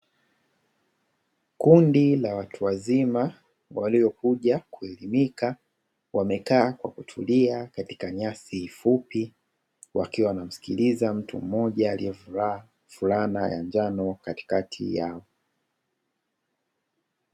Kundi la watu wazima waliokuja kuelimika wamekaa kwa kutulia katika nyasi fupi wakiwa wanamsikiliza mtu mmoja aliyevaa fulana ya njano katikati yao.